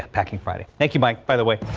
packing friday. thank you mike by the way.